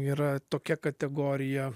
yra tokia kategorija